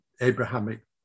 Abrahamic